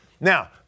Now